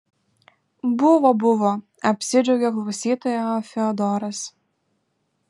buvo buvo apsidžiaugė klausytoja fiodoras